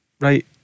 Right